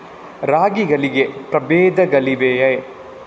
ರಾಗಿಗಳಲ್ಲಿ ಪ್ರಬೇಧಗಳಿವೆಯೇ?